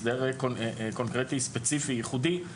הסדר קונקרטי ספציפי ייחודי,